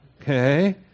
Okay